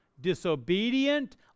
disobedient